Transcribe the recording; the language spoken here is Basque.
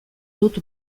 dut